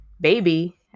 baby